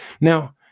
Now